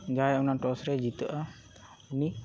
ᱡᱟᱦᱟᱭ ᱚᱱᱟ ᱴᱚᱥ ᱨᱮᱭ ᱡᱤᱛᱟᱹᱜᱼᱟ ᱩᱱᱤ